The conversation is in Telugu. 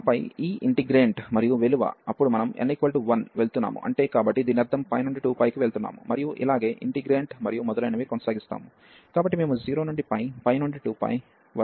ఆపై ఈ ఇంటిగ్రేంట్ మరియు విలువ అప్పుడు మనం n 1 వెళ్తున్నాము అంటే కాబట్టి దీని అర్థం నుండి 2 π కి వెళ్తున్నాము మరియు ఇలాగె ఇంటిగ్రేంట్ మరియు మొదలైనవి కొనసాగిస్తాము